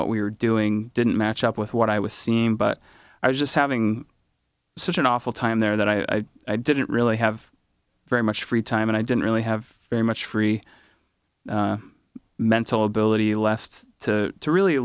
what we were doing didn't match up with what i was seeing but i was just having such an awful time there that i didn't really have very much free time and i didn't really have very much free mental ability left to really